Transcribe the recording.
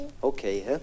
Okay